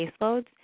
caseloads